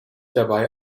dabei